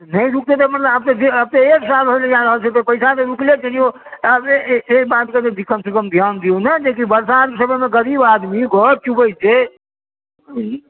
नहि रुकतै तऽ मतलब आब तऽ जे आब तऽ एक साल होय लऽ जा रहल छै पैसा तऽ रूकले छै ने यौ अहाँ एहि बात पर तऽ कमसँ कम ध्यान दिऔ ने जेकि बरसातके समयमे गरीब आदमी घर चूबैत छै ई